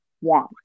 want